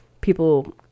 people